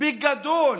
ובגדול